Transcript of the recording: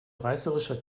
reißerischer